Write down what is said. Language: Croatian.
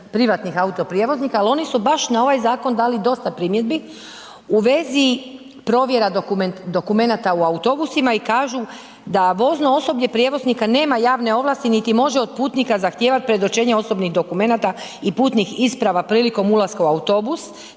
privatnih autoprijevoznika, ali oni su baš na ovaj zakon dali dosta primjedbi u vezi provjera dokumenata u autobusima i kažu da vozno osoblje prijevoznika nema javne ovlasti niti može od putnika zahtijevati predočenje osobnih dokumenata i putnih isprava prilikom ulaska u autobus